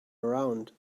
around